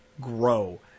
grow